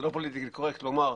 זה לא פוליטיקלי קורקט לומר,